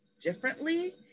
differently